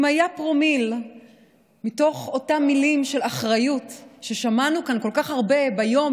אם מתוך אותן מילים של אחריות ששמענו כאן כל כך הרבה ביום,